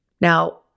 Now